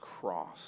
cross